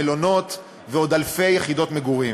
מלונות ועוד אלפי יחידות מגורים.